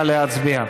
נא להצביע.